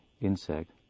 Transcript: insect